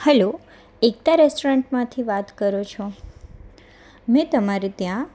hello Ekta રેસ્ટોરન્ટમાંથી વાત કરો છો મે તમારે ત્યાં